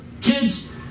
kids